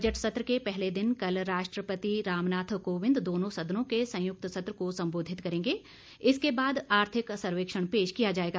budget सत्र के पहले दिन कल राष्ट्रपति रामनाथ कोविंद दोनों सदनों के संयुक्त सत्र को सम्बोधित करेंगे इसके बाद आर्थिक सर्वेक्षण पेश किया जायेगा